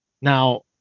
Now